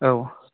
औ